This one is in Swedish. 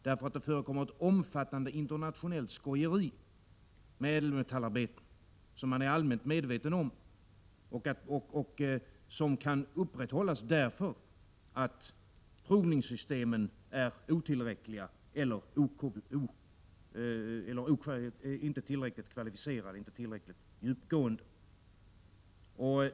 Det förekommer ett omfattande internationellt skojeri med ädelmetallarbeten, som man är allmänt medveten om och som kan upprätthållas därför att provningssystemen inte är tillräckligt kvalificerade eller inte tillräckligt djupgående.